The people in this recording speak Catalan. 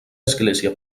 església